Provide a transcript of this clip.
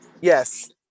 Yes